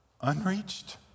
Unreached